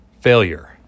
failure